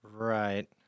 Right